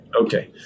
okay